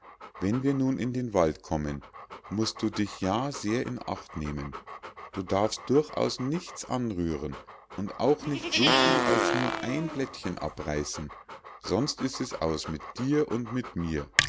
wenn wir nun in den wald kommen musst du dich ja sehr in acht nehmen du darfst durchaus nichts anrühren und auch nicht so viel als nur ein blättchen abreißen sonst ist es aus mit dir und mit mir